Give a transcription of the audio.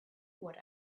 what